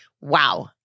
wow